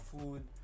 food